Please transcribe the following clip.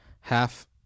half